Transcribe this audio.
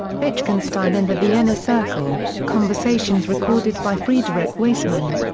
wittgenstein and the vienna circle conversations recorded by friedrich waismann.